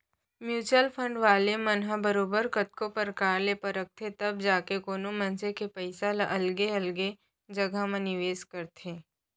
mutual fund वाले मन ह बरोबर कतको परकार ले परखथें तब जाके कोनो मनसे के पइसा ल अलगे अलगे जघा म निवेस करथे